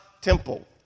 temple